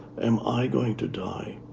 am i going to die?